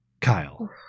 Kyle